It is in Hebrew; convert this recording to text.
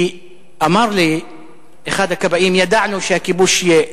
אמר לי אחד הכבאים: ידענו שהכיבוש יהיה,